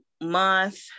Month